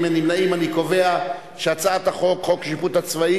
ועדת החוץ והביטחון, רבותי.